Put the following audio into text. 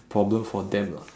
a problem for them lah